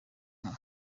nka